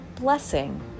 blessing